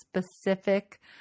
specific